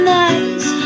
nice